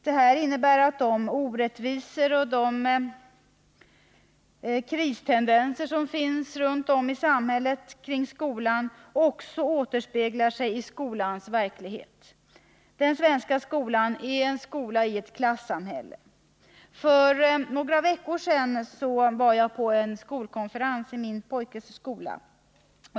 Det innebär att de orättvisor och de kristendenser som finns runt om i samhället kring skolan också återspeglar sig i skolans verklighet. Den svenska skolan är en skola i ett klassamhälle. För några veckor sedan var jag på en skolkonferens i min pojkes skola.